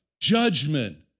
Judgment